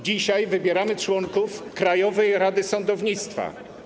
Dzisiaj wybieramy członków Krajowej Rady Sądownictwa.